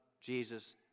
Jesus